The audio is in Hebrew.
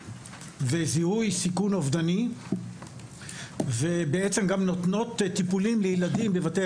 וזיהוי סיכון אובדני ובעצם גם נותנות טיפולים לילדים בבתי